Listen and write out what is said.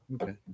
Okay